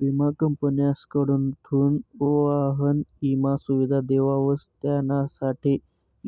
विमा कंपन्यासकडथून वाहन ईमा सुविधा देवावस त्यानासाठे